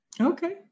Okay